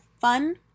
fun